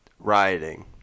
rioting